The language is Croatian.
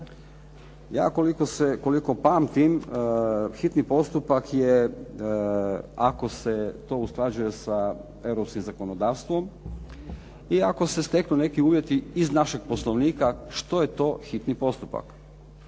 Ja koliko pamtim hitni postupak je ako se to usklađuje sa europskim zakonodavstvom i ako se steknu neki uvjeti iz našeg poslovnika što je to hitni postupak.